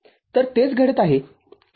तर तेच घडत आहे